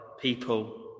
people